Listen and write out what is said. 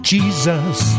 Jesus